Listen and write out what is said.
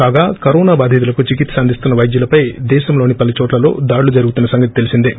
కాగా కరోనా బాధితులకు చికిత్స అందిస్తున్న వైద్యులపై దేశంలోని పలు చోట్ల దాడులు జరుగుతున్న సంగతి తెలిసిందే